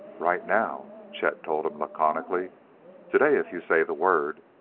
right now, chet told him laconically today, if you say the word.